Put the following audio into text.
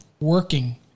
working